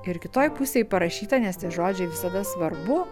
ir kitoj pusėj parašyta nes tie žodžiai visada svarbu